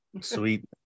Sweet